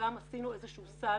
עשינו איזשהו סל